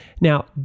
Now